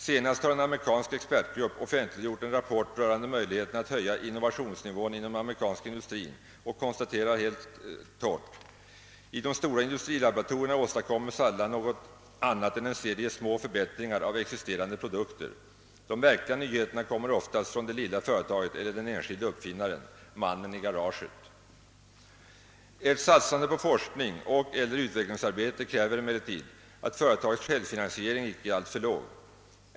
Senast har en amerikansk expertgrupp offentliggjort en rapport rörande möjligheterna att höja innovationsnivån inom den amerikanska industrin och konstaterar helt kort: »I de stora industrilaboratorierna åstadkommes sällan något annat än en serie små förbättringar av existerande produkter. De verkliga nyheterna kommer oftast från det lilla företaget eller den enskilde uppfinnaren, ”mannen i garaget.» Ett satsande på forskning och/eller utvecklingsarbete kräver emellertid att företagets självfinansiering icke är alltför låg.